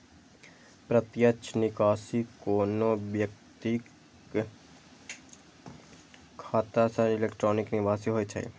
प्रत्यक्ष निकासी कोनो व्यक्तिक खाता सं इलेक्ट्रॉनिक निकासी होइ छै